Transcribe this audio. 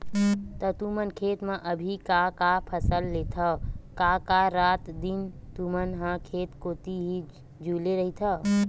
त तुमन खेत म अभी का का फसल लेथव कका रात दिन तुमन ह खेत कोती ही झुले रहिथव?